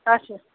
اچھا